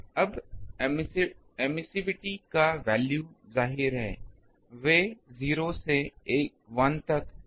अब एमिसिविटी का वैल्यू जाहिर है वे 0 से 1 तक भिन्न हो रहे हैं